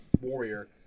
Warrior